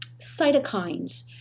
cytokines